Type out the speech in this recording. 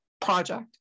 project